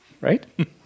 right